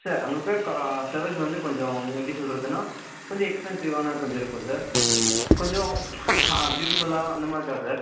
sir அங்கே போய் flowers வந்து கொஞ்சம் எப்படி சொல்கிறதுன்னா கொஞ்சம் எக்ஸ்பென்சிவான கொஞ்சம் இருக்கும் சார் கொஞ்சம் பியூட்டிஃபுல்லாக அந்த மாதிரி தான் சார்